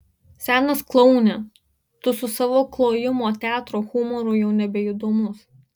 senas kloune tu su savo klojimo teatro humoru jau nebeįdomus